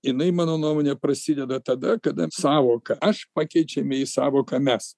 jinai mano nuomone prasideda tada kada sąvoka aš pakeičiame į sąvoką mes